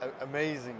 amazing